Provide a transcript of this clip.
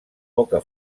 poca